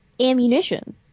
ammunition